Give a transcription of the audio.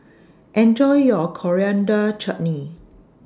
Enjoy your Coriander Chutney